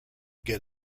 get